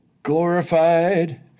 glorified